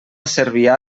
cervià